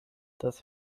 das